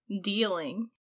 dealing